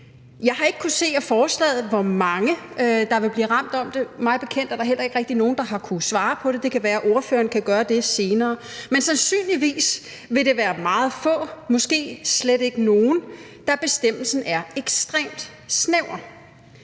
Jeg har ikke kunnet se af forslaget, hvor mange der vil blive ramt af det. Mig bekendt er der heller ikke rigtig nogen, der har kunnet svare på det; det kan være, ordføreren kan gøre det senere. Men sandsynligvis vil det være meget få, måske slet ikke nogen, da bestemmelsen er ekstremt snæver.